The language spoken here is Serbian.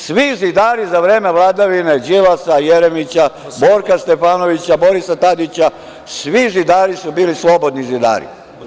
Svi zidari za vreme vladavine Đilasa, Jeremića, Borka Stefanovića, Borisa Tadića, svi zidari su bili slobodni zidari.